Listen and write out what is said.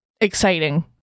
exciting